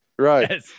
Right